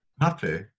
Happy